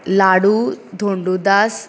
लाडू Dhondudas